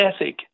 ethic